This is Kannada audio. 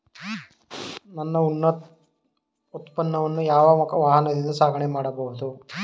ನನ್ನ ಉತ್ಪನ್ನವನ್ನು ಯಾವ ವಾಹನದಿಂದ ಸಾಗಣೆ ಮಾಡಬಹುದು?